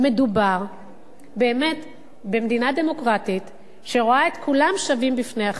מדובר באמת במדינה דמוקרטית שרואה את כולם שווים בפני החוק,